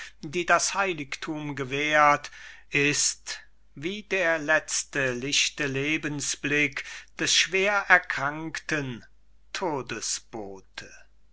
die das heiligthum gewährt ist wie der letzte lichte lebensblick des schwer erkrankten todesbote